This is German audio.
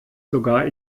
sogar